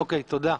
אוקי, תודה.